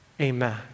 amen